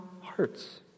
hearts